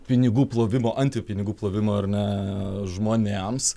pinigų plovimo anti pinigų plovimo ar ne žmonėms